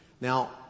Now